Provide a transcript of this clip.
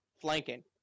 flanking